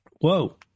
Whoa